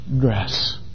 dress